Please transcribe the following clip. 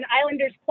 Islanders